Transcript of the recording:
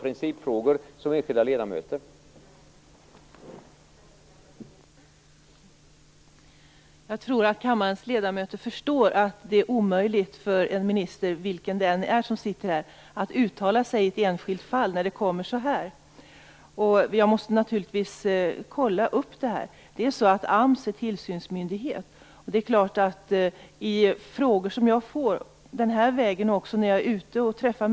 Vi får sällan besked om principfrågor.